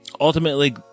Ultimately